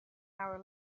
hour